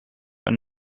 ein